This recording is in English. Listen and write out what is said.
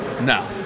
No